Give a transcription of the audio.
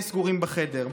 ומתי נהיה סגורים בחדר?